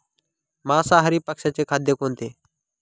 मांसाहारी पक्ष्याचे खाद्य कोणते?